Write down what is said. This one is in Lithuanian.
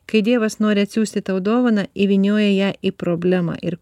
kai dievas nori atsiųsti tau dovaną įvynioja ją į problemą ir